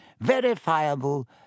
verifiable